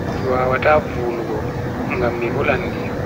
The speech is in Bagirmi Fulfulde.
mi wawata vulugo, ngam mi hulan ndiyam.